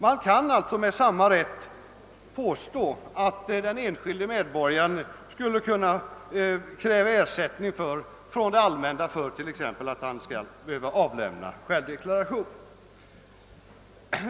Man skulle alltså med samma rätt kunna kräva att den enskilde medborgaren skulle få ersättning från det allmänna exempelvis för att han avlämnar självdeklaration.